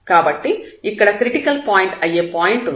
కాబట్టి ఇక్కడ critical point అయ్యే పాయింట్ ఉంది